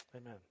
Amen